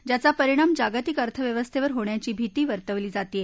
ज्याचा परिणाम जागतिक अर्थव्यवस्थेवर होण्याची भिती वर्तवली जातेय